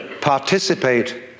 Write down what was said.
participate